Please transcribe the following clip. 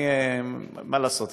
מה לעשות?